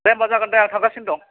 दे होनबा जागोन दे आं थांगासिनो दं